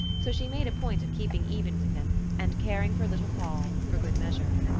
so she made a point of keeping even with him, and caring for little poll, for good measure.